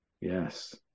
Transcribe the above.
Yes